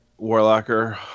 warlocker